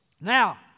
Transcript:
Now